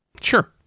Sure